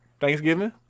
Thanksgiving